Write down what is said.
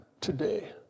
today